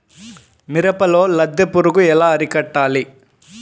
మిరపలో లద్దె పురుగు ఎలా అరికట్టాలి?